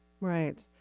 Right